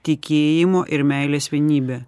tikėjimo ir meilės vienybę